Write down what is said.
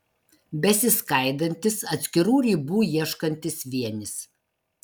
besiskaidantis atskirų ribų ieškantis vienis